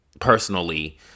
personally